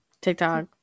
tiktok